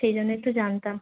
সেই জন্যে একটু জানতাম